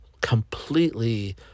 completely